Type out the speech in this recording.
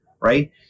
right